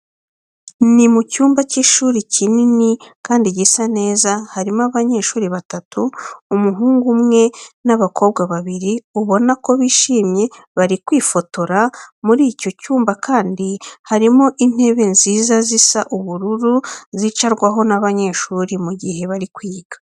Ni mu cyumba cy'ishuri kinini kandi gisa neza, harimo abanyeshuri batatu umuhungu umwe n'abakobwa babiri ubona ko bishimye bari kwifotora. Muri icyo cyumba kandi harimo intebe nziza zisa ubururu zicarwaho n'abanyeshuri mu gihe bari kwiga.